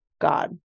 God